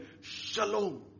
Shalom